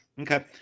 Okay